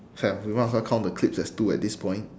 we want her count the clips as two at this point